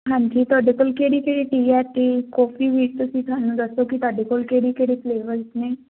ਹਾਂਜੀ ਤੁਹਾਡੇ ਕੋਲ ਕਿਹੜੀ ਕਿਹੜੀ ਟੀ ਹੈ ਅਤੇ ਕੌਫੀ ਵੀ ਤੁਸੀਂ ਸਾਨੂੰ ਦੱਸੋ ਕਿ ਤੁਹਾਡੇ ਕੋਲ ਕਿਹੜੇ ਕਿਹੜੇ ਫਲੇਵਰਸ ਨੇ